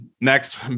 next